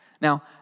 Now